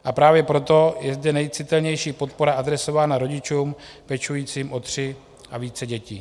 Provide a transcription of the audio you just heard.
A právě proto je zde nejcitelnější podpora adresována rodičům pečujícím o tři a více dětí.